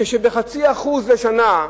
כשבחצי אחוז לשנה,